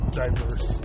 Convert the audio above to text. diverse